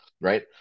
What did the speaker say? Right